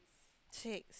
six